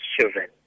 children